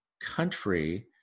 country